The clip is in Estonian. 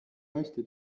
hästi